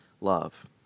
love